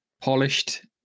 polished